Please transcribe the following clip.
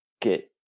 get